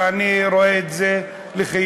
ואני רואה את זה לחיוב.